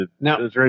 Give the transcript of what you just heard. Now